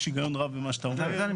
יש היגיון רב במה שאתה אומר,